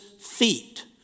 feet